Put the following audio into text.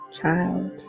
child